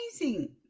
Amazing